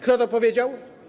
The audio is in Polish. Kto to powiedział?